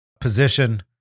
position